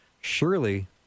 Surely